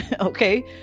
Okay